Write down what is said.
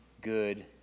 good